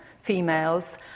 females